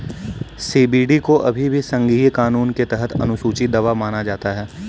CBD को अभी भी संघीय कानून के तहत अनुसूची दवा माना जाता है